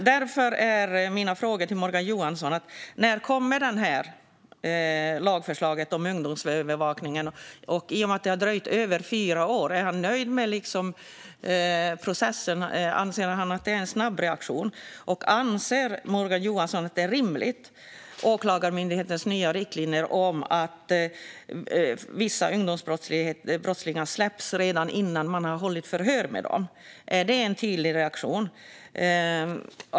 Därför är mina frågor till Morgan Johansson: När kommer lagförslaget om ungdomsövervakningen? Är han nöjd med processen, nu när det har dröjt fyra år? Anser han att det är en snabb reaktion? Anser Morgan Johansson vidare att Åklagarmyndighetens nya riktlinjer om att släppa vissa ungdomsbrottslingar redan innan man hållit förhör med dem är rimliga? Är det en tydlig reaktion?